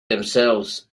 themselves